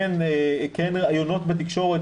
כן ריאיונות בתקשורת,